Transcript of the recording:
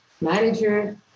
manager